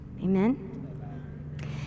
Amen